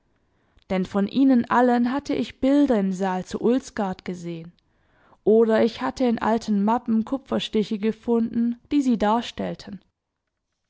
denn von ihnen allen hatte ich bilder im saal zu ulsgaard gesehen oder ich hatte in alten mappen kupferstiche gefunden die sie darstellten